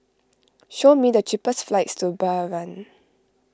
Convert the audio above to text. show me the cheapest flights to Bahrain